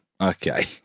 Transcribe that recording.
okay